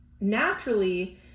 Naturally –